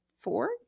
four